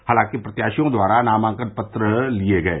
हालांकि प्रत्याशियों द्वारा नामांकन पत्र लिये गये